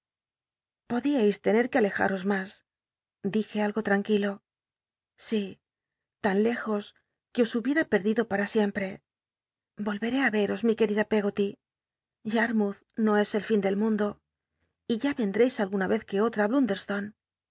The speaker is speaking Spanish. podiais tener que alej aros mas dije algo tranquilo sí l an lejos que os hubiera perdido para siempre volveré á veros mi querida peggoty yarmouth no es el fin del mundo y ya vendreis alguna vez que otra íí